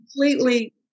completely